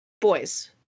boys